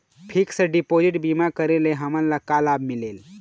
Fix deposit बीमा करे ले हमनला का लाभ मिलेल?